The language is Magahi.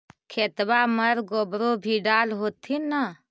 खेतबा मर गोबरो भी डाल होथिन न?